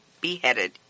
beheaded